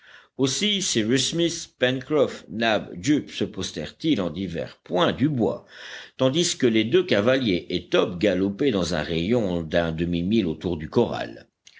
pencroff nab jup se postèrent ils en divers points du bois tandis que les deux cavaliers et top galopaient dans un rayon d'un demi-mille autour du corral